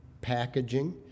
packaging